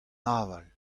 aval